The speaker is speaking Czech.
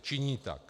Činí tak.